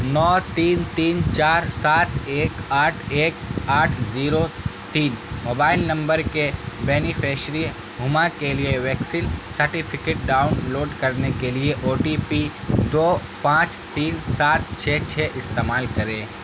نو تین تین چار سات ایک آٹھ ایک آٹھ زیرو تین موبائل نمبر کے بینیفشری ہما کے لیے ویکسین سرٹیفکیٹ ڈاؤن لوڈ کرنے کے لیے او ٹی پی دو پانچ تین سات چھ چھ استعمال کریں